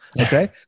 Okay